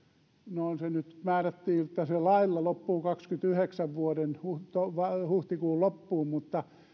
no nyt määrättiin että se lailla loppuu vuoden kaksikymmentäyhdeksän huhtikuun loppuun mutta